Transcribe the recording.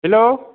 hello